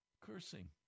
cursing